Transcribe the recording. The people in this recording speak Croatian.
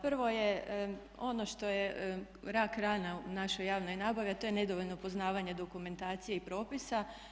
Prvo je ono što je rak rana u našoj javnoj nabavi a to je nedovoljno poznavanje dokumentacije i propisa.